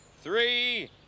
three